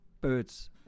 birds